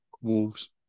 Wolves